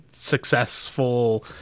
successful –